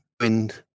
wind